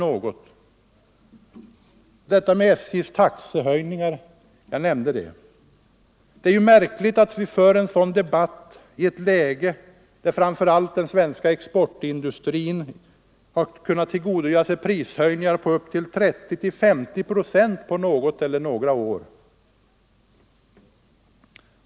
Vad SJ:s taxehöjningar angår är det ju märkligt att vi för en sådan debatt i ett läge där framför allt den svenska exportindustrin på något eller några år har kunnat tillgodogöra sig prishöjningar på upp till 30-50 procent.